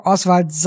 Oswald